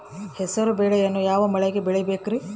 ಹೆಸರುಬೇಳೆಯನ್ನು ಯಾವ ಮಳೆಗೆ ಬೆಳಿಬೇಕ್ರಿ?